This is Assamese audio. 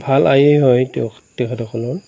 ভাল আয়ে হয় তেখেতসকলৰ